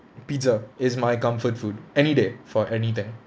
pizza is my comfort food any day for anything